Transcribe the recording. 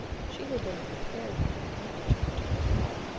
she had been prepared for me never to return at all!